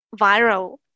viral